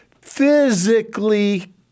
physically